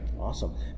Awesome